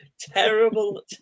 terrible